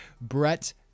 Brett